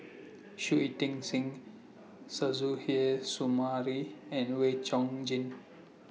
Shui Ting Sing Suzairhe Sumari and Wee Chong Jin